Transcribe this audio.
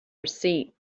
receipt